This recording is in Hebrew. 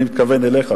אני מתכוון אליך,